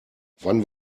wann